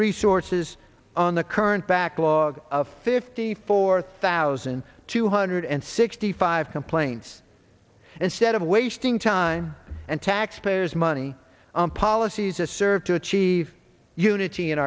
resources on the current backlog of fifty four thousand two hundred and sixty five complaints instead of wasting time and taxpayers money on policies a serve to achieve unity in